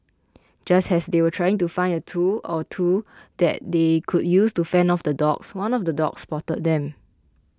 just has they were trying to find a tool or two that they could use to fend off the dogs one of the dogs spotted them